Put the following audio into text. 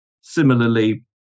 Similarly